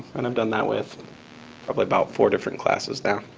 and i've done that with probably about four different classes now.